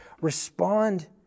Respond